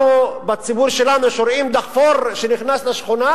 אנחנו, בציבור שלנו, שומעים שדחפור נכנס לשכונה,